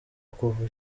kuva